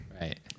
Right